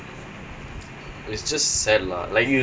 it's like sometimes it just happens also